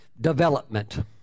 development